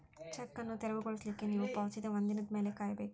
check ಅನ್ನು ತೆರವುಗೊಳಿಸ್ಲಿಕ್ಕೆ ನೇವು ಪಾವತಿಸಿದ ಒಂದಿನದ್ ಮ್ಯಾಲೆ ಕಾಯಬೇಕು